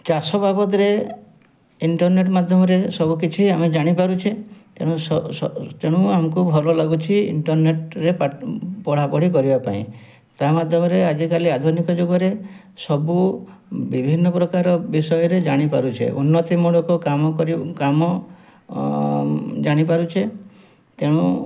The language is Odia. ଚାଷ ବାବଦରେ ଇଣ୍ଟରନେଟ୍ ମାଧ୍ୟମରେ ସବୁକିଛି ଆମେ ଜାଣିପାରୁଛେ ତେଣୁ ତେଣୁ ଆମ୍କୁ ଭଲ ଲାଗୁଚି ଇଣ୍ଟରନେଟ୍ରେ ପଢ଼ାପଢ଼ି କରିବା ପାଇଁ ତା ମାଧ୍ୟମରେ ଆଜିକାଲି ଆଧୁନିକ ଯୁଗରେ ସବୁ ବିଭିନ୍ନ ପ୍ରକାର ବିଷୟରେ ଜାଣିପାରୁଛେ ଉନ୍ନତିମୂଳକ କାମ ଜାଣିପାରୁଛେ ତେଣୁ